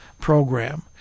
program